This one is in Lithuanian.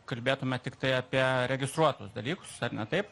kalbėtume tiktai apie registruotus dalykus ar ne taip